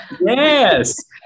Yes